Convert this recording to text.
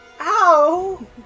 Ow